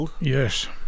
yes